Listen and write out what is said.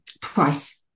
price